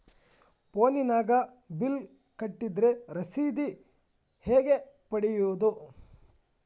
ಫೋನಿನಾಗ ಬಿಲ್ ಕಟ್ಟದ್ರ ರಶೇದಿ ಹೆಂಗ್ ಪಡೆಯೋದು?